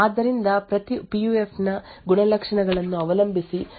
ಆದ್ದರಿಂದ ಪ್ರತಿ P U F ನ ಗುಣಲಕ್ಷಣಗಳನ್ನು ಅವಲಂಬಿಸಿ ಪ್ರತಿಕ್ರಿಯೆಯು 1 ಅಥವಾ 0 ಆಗಿರುತ್ತದೆ